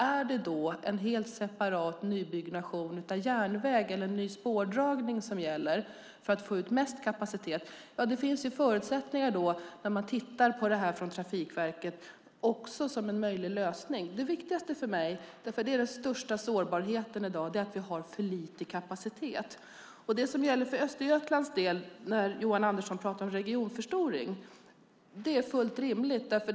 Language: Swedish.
Är det då en helt separat nybyggnation av järnväg eller en ny spårdragning som gäller för att få ut mest kapacitet? Ja, det finns förutsättningar för detta, när man tittar på det här från Trafikverket, som en möjlig lösning. Det viktigaste för mig är att vi har för lite kapacitet, för det är den största sårbarheten i dag. Det som gäller för Östergötlands del - Johan Andersson pratar om regionförstoring - är fullt rimligt.